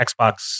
Xbox